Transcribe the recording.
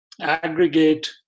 aggregate